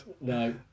no